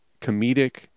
comedic